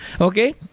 Okay